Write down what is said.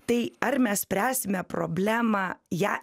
tai ar mes spręsime problemą ją